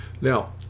Now